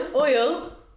Oil